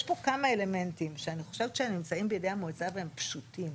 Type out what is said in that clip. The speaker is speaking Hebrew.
יש פה כמה אלמנטים שאני חושבת שהם נמצאים בידי המועצה והם פשוטים.